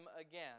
again